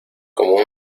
como